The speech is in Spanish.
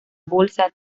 bolsa